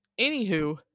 Anywho